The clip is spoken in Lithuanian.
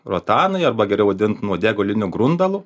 rotanai arba geriau vadint nuodėguliniu grundalu